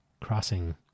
crossing